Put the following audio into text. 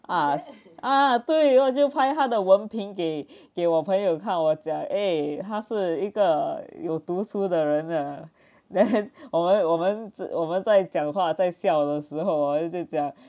ah ah 对我就拍他的文凭给给我朋友看我讲 eh 他是一个有图书的人啊 then 我们我们我们在讲话在笑的时候就在讲